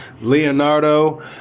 leonardo